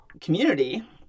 community